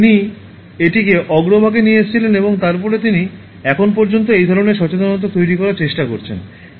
তিনি এটিকে অগ্রভাগে নিয়ে এসেছিলেন এবং তারপরে তিনি এখন পর্যন্ত এই ধরণের সচেতনতা তৈরি করার চেষ্টা করছেন